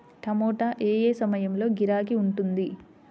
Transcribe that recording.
టమాటా ఏ ఏ సమయంలో గిరాకీ ఉంటుంది?